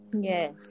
yes